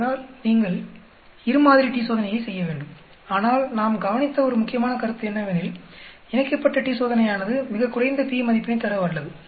அதனால் நீங்கள் இரு மாதிரி t சோதனையை செய்ய வேண்டும் ஆனால் நாம் கவனித்த ஒரு முக்கியமான கருத்து என்னவெனில் இணைக்கப்பட்ட t சோதனையானது மிகக்குறைந்த p மதிப்பினைத் தர வல்லது